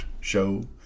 show